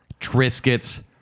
triscuits